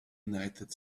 united